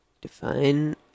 Define